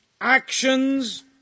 actions